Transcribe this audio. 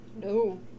No